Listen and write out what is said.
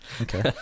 Okay